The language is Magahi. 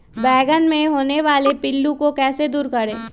बैंगन मे होने वाले पिल्लू को कैसे दूर करें?